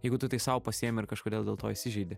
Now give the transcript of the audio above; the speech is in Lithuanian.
jeigu tu tai sau pasiimi ir kažkodėl dėl to įsižeidi